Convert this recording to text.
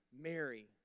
Mary